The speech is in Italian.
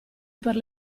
per